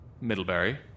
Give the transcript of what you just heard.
Middlebury